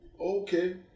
okay